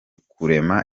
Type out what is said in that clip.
kurema